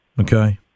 Okay